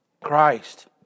Christ